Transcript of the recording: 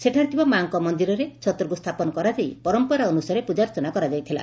ସେଠାରେ ଥିବା ମାଁଙ୍ଙ ମ ଛତରକୁ ସ୍ଥାପନ କରାଯାଇ ପରମ୍ପରା ଅନୁସାରେ ପ୍ରକାର୍ଚନା କରାଯାଇଥିଲା